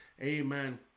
Amen